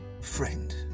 Friend